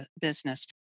business